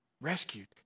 Rescued